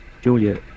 Julia